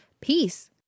peace